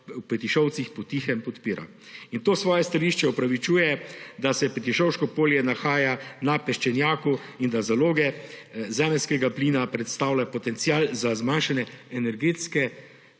Petišovcih potiho podpira. To svoje stališče opravičuje, da se Petišovško polje nahaja na peščenjaku in da zaloge zemeljskega plina predstavlja potencial za zmanjšanje energetske